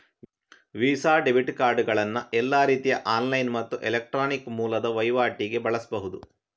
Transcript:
visa debit ಕಾರ್ಡುಗಳನ್ನ ಎಲ್ಲಾ ರೀತಿಯ ಆನ್ಲೈನ್ ಮತ್ತು ಎಲೆಕ್ಟ್ರಾನಿಕ್ ಮೂಲದ ವೈವಾಟಿಗೆ ಬಳಸ್ಬಹುದು